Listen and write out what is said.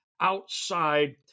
outside